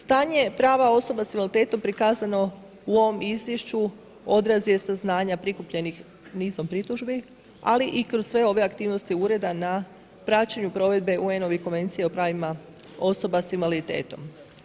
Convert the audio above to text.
Stanje prava osoba s invaliditetom prikazano u ovom izvješću odraz je saznanja prikupljenih nizom pritužbi, ali i kroz sve ove aktivnosti ureda na praćenju provedbe UN konvencija o pravima osoba s invaliditetom.